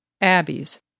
Abby's